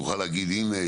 נוכל להגיד הנה,